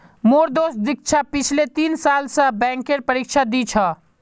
मोर दोस्त दीक्षा पिछले तीन साल स बैंकेर परीक्षा दी छ